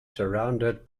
surrounded